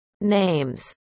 names